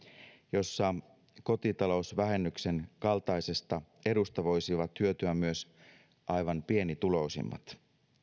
jossa kotitalousvähennyksen kaltaisesta edusta voisivat hyötyä myös aivan pienituloisimmat